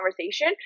conversation